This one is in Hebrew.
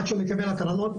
עד שהוא מקבל הקרנות,